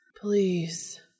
please